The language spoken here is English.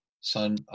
Son